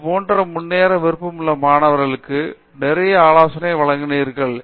அதுபோல முன்னேற விரும்பும் மாணவர்களுக்கு நிறைய ஆலோசனை வழங்கினீர்கள்